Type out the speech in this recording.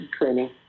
training